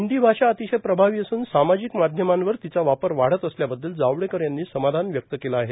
हिंदी भाषा अतिशय प्रभावी असून सामाजिक माध्यमांवर तिचा वापर वाढत असल्याबद्दल जावडेकर यांनी समाधान व्यक्त केलं आहे